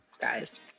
guys